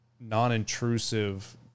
non-intrusive